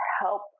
help